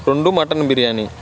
రెండు మటన్ బిర్యానీ